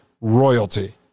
royalty